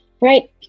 Right